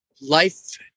life